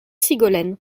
sigolène